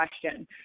question